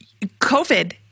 COVID